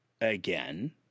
again